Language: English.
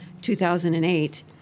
2008